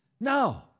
No